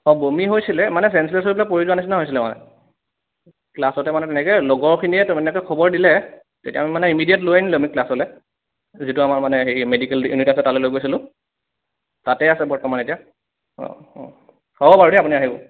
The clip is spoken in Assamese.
অঁ বমি হৈছিলে মানে চেন্সলেচ হৈ পেলাই পৰি যোৱা নিচিনা হৈছিলে মানে ক্লাছতে মানে তেনেকে লগৰখিনিয়ে সেনেকে খবৰ দিলে তেতিয়া আমি মানে ইমিডিয়েট লৈ আনিলোঁ আমি ক্লাছলে যিটো আমাৰ মানে হেৰি মেডিকেল ইউনিট আছে তালে লৈ গৈছিলোঁ তাতে আছে বৰ্তমান এতিয়া অঁ অঁ হ'ব বাৰু দেই আপুনি আহিব